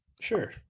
Sure